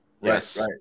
Yes